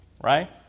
right